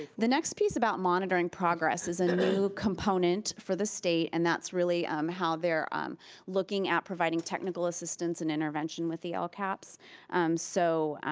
the next piece about monitoring progress is a new component for the state and that's really um how they're um looking at providing technical assistance and intervention with the ah like ah lacp. so,